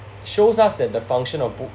shows us that the function of book